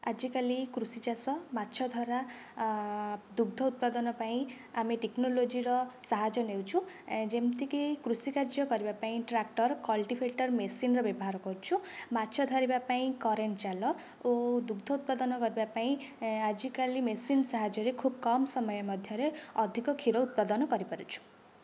ଆଜିକାଲି କୃଷି ଚାଷ ମାଛ ଧରା ଦୁଗ୍ଧ ଉତ୍ପାଦନ ପାଇଁ ଆମେ ଟେକ୍ନୋଲୋଜିର ସାହାଯ୍ୟ ନେଉଛୁ ଯେମିତିକି କୃଷି କାର୍ଯ୍ୟ କରିବା ପାଇଁ ଟ୍ରାକ୍ଟର କଲ୍ଟିଭେଟର୍ ମେସିନର ବ୍ୟବହାର କରୁଛୁ ମାଛ ଧରିବା ପାଇଁ କରେଣ୍ଟ୍ ଜାଲ ଓ ଦୁଗ୍ଧ ଉତ୍ପାଦନ କରିବା ପାଇଁ ଆଜିକାଲି ମେସିନ୍ ସାହାଯ୍ୟ ରେ ଖୁବ କମ୍ ସମୟ ମଧ୍ୟରେ ଅଧିକ କ୍ଷୀର ଉତ୍ପାଦନ କରିପାରୁଛୁ